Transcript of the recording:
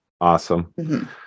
awesome